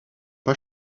pas